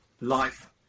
life